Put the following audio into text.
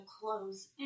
close